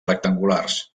rectangulars